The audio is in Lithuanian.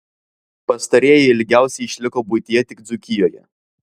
pastarieji ilgiausiai išliko buityje tik dzūkijoje